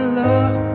love